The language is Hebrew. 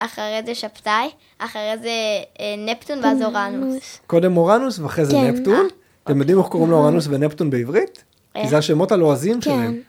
אחרי זה שבתאי, אחרי זה נפטון ואז אורנוס. קודם אורנוס ואחרי זה נפטון. אתם יודעים איך קוראים לאורנוס ונפטון בעברית? כי זה השמות הלועזיים שלהם.